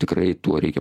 tikrai tuo reikia